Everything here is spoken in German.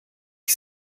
ich